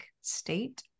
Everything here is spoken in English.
state